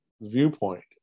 viewpoint